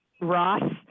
Ross